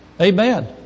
Amen